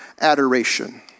adoration